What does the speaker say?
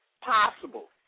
possible